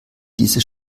diese